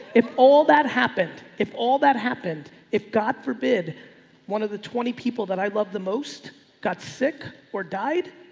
if all that happened, if all that happened, if god forbid one of the twenty people that i love the most got sick or died,